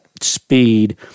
speed